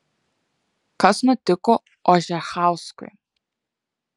kas nutiko ožechauskui